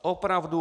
Opravdu.